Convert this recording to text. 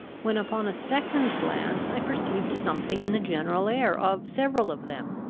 when upon a second glance i perceived something in the general air of several of them,